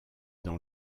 dans